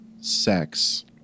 sex